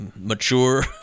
Mature